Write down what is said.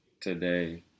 today